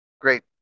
great